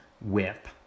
whip